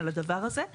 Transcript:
להתייחס